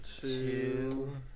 two